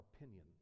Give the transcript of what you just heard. opinion